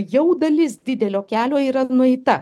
jau dalis didelio kelio yra nueita